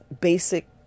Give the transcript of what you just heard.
basic